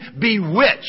bewitched